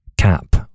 Cap